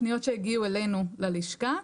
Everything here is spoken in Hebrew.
פניות שהגיעו אלינו ללשכה,